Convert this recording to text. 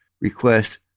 request